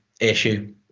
issue